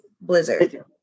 blizzard